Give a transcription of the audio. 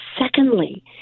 secondly